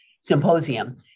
Symposium